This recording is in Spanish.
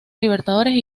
libertadores